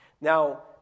Now